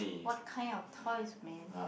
what kind of toys man